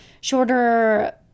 shorter